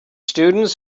students